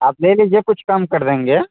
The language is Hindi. आप ले लीजिए कुछ कम कर देंगे